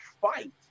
fight